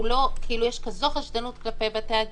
יש כזו חשדנות כלפי בתי הדין,